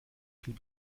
viel